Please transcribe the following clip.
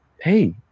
hey